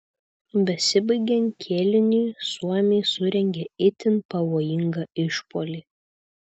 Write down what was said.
besibaigiant kėliniui suomiai surengė itin pavojingą išpuolį